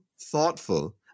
thoughtful